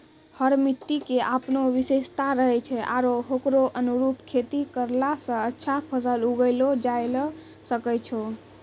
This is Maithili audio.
हर मिट्टी के आपनो विशेषता रहै छै आरो होकरो अनुरूप खेती करला स अच्छा फसल उगैलो जायलॅ सकै छो